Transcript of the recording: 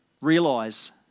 realize